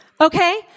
Okay